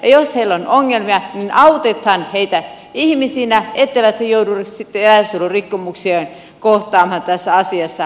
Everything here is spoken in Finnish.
jos heillä on ongelmia niin autetaan heitä ihmisinä etteivät he joudu sitten eläinsuojelurikkomuksia kohtaamaan tässä asiassa